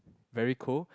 very cold